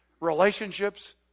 Relationships